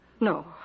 No